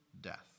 death